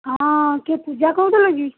ହଁ କିଏ ପୂଜା କହୁଥିଲୁ କି